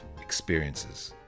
experiences